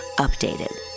Updated